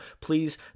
please